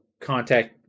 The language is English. contact